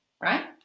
right